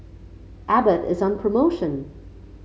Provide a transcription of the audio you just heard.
Abbott is on promotion